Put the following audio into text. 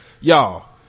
y'all